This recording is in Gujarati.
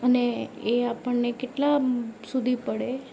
અને એ આપણને કેટલા સુધી પડે